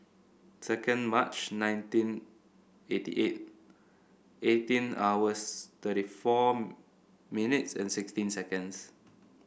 second March nineteen eighty eight eighteen hours thirty four minutes and sixteen seconds